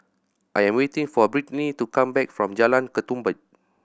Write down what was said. I am waiting for Britny to come back from Jalan Ketumbit